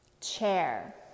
Chair